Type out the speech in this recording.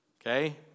okay